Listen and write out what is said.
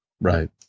Right